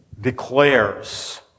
declares